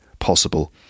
Possible